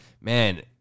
man